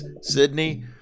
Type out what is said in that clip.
Sydney